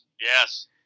yes